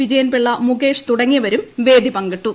വിജയൻപിള്ള മുകേഷ് തുടങ്ങിയവരും വേദി പങ്കിട്ടു